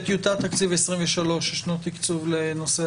בטיוטת התקציב של 23' ישנו תקצוב לנושא